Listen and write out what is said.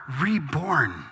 reborn